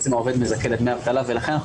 שהעובד זכאי לדמי אבטלה ולכן,